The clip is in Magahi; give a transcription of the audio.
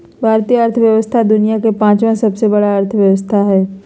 भारतीय अर्थव्यवस्था दुनिया के पाँचवा सबसे बड़ा अर्थव्यवस्था हय